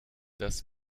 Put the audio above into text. das